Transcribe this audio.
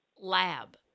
lab